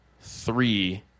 three